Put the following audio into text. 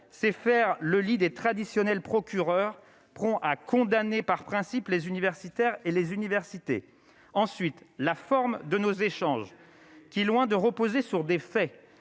c'est faire le lit des traditionnels procureur prompt à condamner par principe les universitaires et les universités, ensuite la forme de nos échanges qui loin de reposer sur des faits,